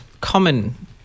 common